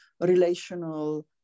relational